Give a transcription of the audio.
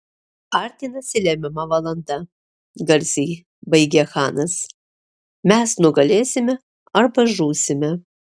artinasi lemiama valanda garsiai baigė chanas mes nugalėsime arba žūsime